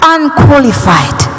Unqualified